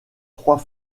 trois